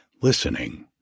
listening